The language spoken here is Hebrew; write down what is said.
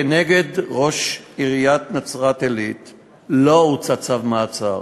כנגד ראש עיריית נצרת-עילית לא הוצא צו מעצר.